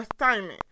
assignment